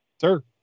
Sir